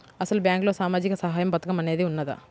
అసలు బ్యాంక్లో సామాజిక సహాయం పథకం అనేది వున్నదా?